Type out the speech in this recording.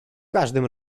każdym